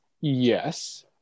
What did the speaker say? yes